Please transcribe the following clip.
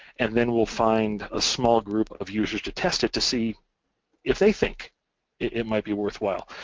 and then we'll find a small group of users to test it to see if they think it might be worthwhile.